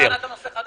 --- טענת הנושא החדש.